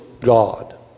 God